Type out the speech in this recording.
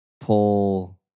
Pull